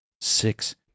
Six